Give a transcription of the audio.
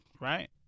right